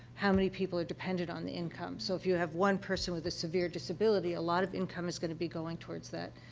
how many people are dependent on the income. so, if you have one person with a severe disability, a lot of income is going to be going towards that,